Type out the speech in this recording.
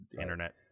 internet